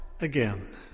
again